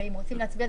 ואם רוצים להצביע,